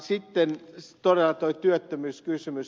sitten todella tuo työttömyyskysymys